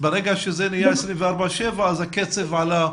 ברגע שאתם עובדים 24/7, קצב הפניות עלה.